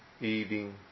eating